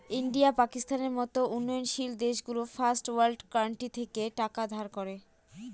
India, পাকিস্তানের মত উন্নয়নশীল দেশগুলো ফার্স্ট ওয়ার্ল্ড কান্ট্রি থেকে টাকা ধার করে